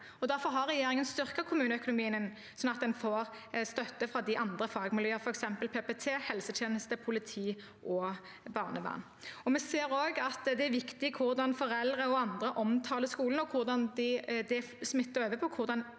Derfor har regjeringen styrket kommuneøkonomien, slik at man får støtte fra de andre fagmiljøene, f.eks. PPT, helsetjeneste, politi og barnevern. Vi ser også at hvordan foreldre og andre omtaler skolen, er viktig. Det smitter over på